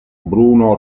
bruno